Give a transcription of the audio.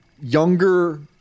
younger